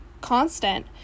constant